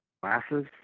glasses